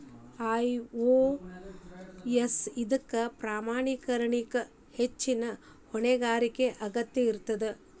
IOS ಇದಕ್ಕ ಪ್ರಮಾಣೇಕರಣಕ್ಕ ಹೆಚ್ಚಿನ್ ಹೊಣೆಗಾರಿಕೆಯ ಅಗತ್ಯ ಇರ್ತದ